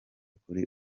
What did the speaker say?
kuri